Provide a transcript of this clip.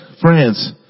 friends